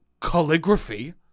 calligraphy